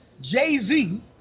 jay-z